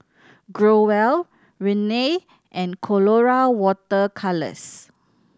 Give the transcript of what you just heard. Growell Rene and Colora Water Colours